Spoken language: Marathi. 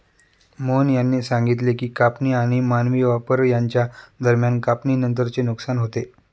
मोहन यांनी सांगितले की कापणी आणि मानवी वापर यांच्या दरम्यान कापणीनंतरचे नुकसान होते